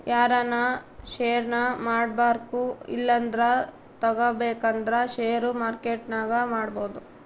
ಯಾರನ ಷೇರ್ನ ಮಾರ್ಬಕು ಇಲ್ಲಂದ್ರ ತಗಬೇಕಂದ್ರ ಷೇರು ಮಾರ್ಕೆಟ್ನಾಗ ಮಾಡ್ಬೋದು